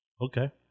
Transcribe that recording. Okay